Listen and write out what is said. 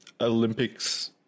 Olympics